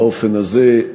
באופן הזה,